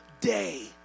day